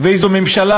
ואיזו ממשלה,